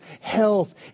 health